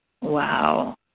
Wow